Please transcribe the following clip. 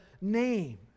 name